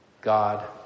God